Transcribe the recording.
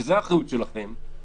וזו האחריות שלכם,